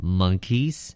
monkeys